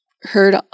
heard